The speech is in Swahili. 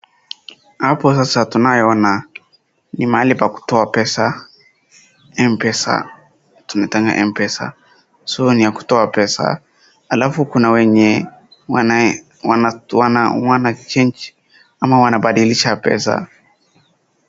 Hapa sasa tunayoona ni mahali pa kutoa pesa, mpesa, tunaitanga mpesa. so ni ya kutoa pesa, halafu kuna wenye wana change ama wanabadilisha pesa .